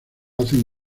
hacen